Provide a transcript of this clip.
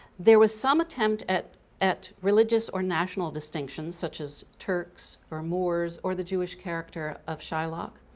there was some attempt at at religious or national distinctions such as turks or moors or the jewish character of shylock.